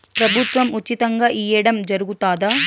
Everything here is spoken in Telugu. ప్రభుత్వం ఉచితంగా ఇయ్యడం జరుగుతాదా?